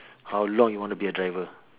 how long you want to be a driver